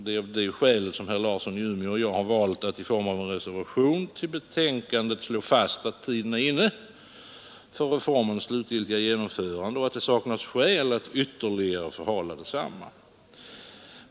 Det är av det skälet som herr Larsson i Umeå och jag har valt att i form av en reservation till utskottsbetänkandet slå fast, att tiden är inne för reformens slutgiltiga genomförande och att det saknas skäl att ytterligare förhala densamma.